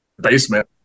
basement